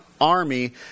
army